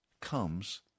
comes